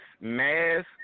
mass